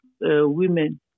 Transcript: women